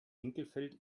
winkelfeld